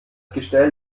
gestell